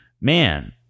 Man